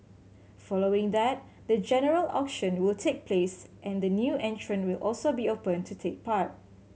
following that the general auction will take place and the new entrant will also be open to take part